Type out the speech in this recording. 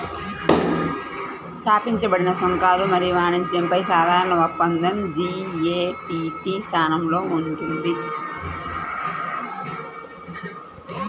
స్థాపించబడిన సుంకాలు మరియు వాణిజ్యంపై సాధారణ ఒప్పందం జి.ఎ.టి.టి స్థానంలో ఉంది